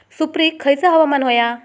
सुपरिक खयचा हवामान होया?